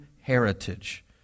heritage